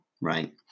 right